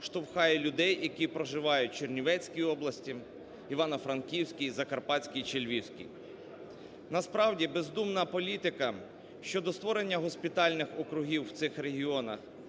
штовхає людей, які проживають в Чернівецькій області, Івано-Франківській і Закарпатській чи Львівській. Насправді бездумна політика щодо створення госпітальних округів в цих регіонах